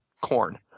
corn